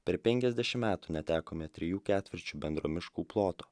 per penkiasdešim metų netekome trijų ketvirčių bendro miškų ploto